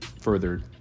further